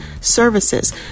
services